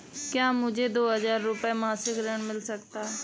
क्या मुझे दो हजार रूपए का मासिक ऋण मिल सकता है?